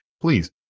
please